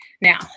now